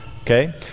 okay